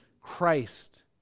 Christ